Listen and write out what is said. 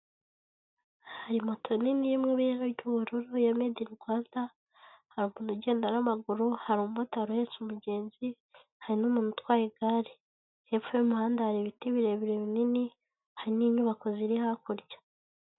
Hari moto nini iri mu ibara ry'ubururu ya medi ini Rwanda, hari umuntu ugenda n'amaguru, hari umumota uhetse umugenzi, hari n'umuntu utwaye igare hepfo y'umuhanda hari ibiti birebire binini hari n'inyubako ziri hakurya.